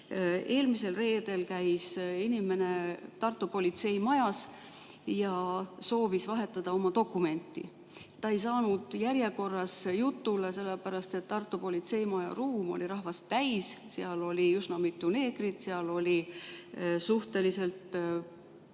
ülbemad. Eelmisel reedel käis inimene Tartu politseimajas ja soovis vahetada oma dokumenti. Ta ei saanud järjekorras jutule sellepärast, et Tartu politseimaja ruum oli rahvast täis. Seal oli üsna mitu neegrit, seal oli suhteliselt palju